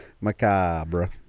Macabre